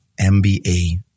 MBA